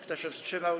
Kto się wstrzymał?